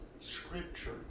Scripture